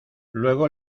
luego